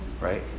right